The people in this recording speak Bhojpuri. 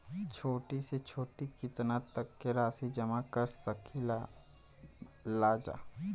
छोटी से छोटी कितना तक के राशि जमा कर सकीलाजा?